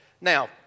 Now